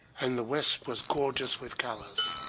and the west was gorgeous with colours,